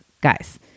guys